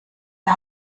der